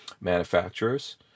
manufacturers